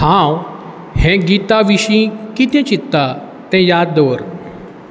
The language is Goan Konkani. हांव हे गीता विशीं कितें चित्तां तें याद दवर